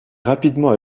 rapidement